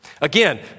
Again